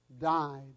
died